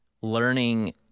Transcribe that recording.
learning